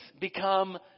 become